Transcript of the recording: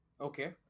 Okay